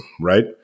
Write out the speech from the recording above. Right